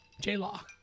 J-Law